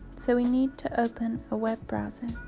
so we need to open a web browser.